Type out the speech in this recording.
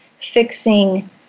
fixing